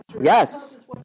Yes